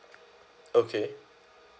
okay